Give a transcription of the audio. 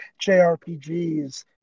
JRPGs